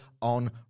on